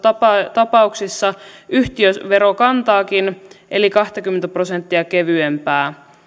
tapauksista yhtiöverokantaakin eli kaksikymmentä prosenttia kevyempää